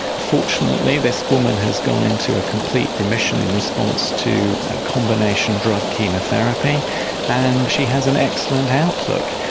fortunately this woman has gone into a complete remission in response to a combination-drug chemotherapy and she has an excellent outlook.